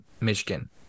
Michigan